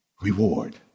reward